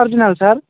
original sir